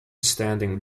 standing